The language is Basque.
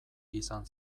izan